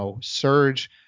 surge